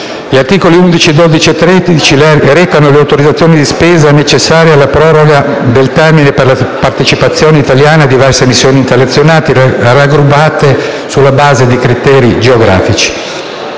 Gli articoli 11, 12 e 13 recano le autorizzazioni di spesa necessarie alla proroga del termine per la partecipazione italiana a diverse missioni internazionali, raggruppate sulla base di criteri geografici.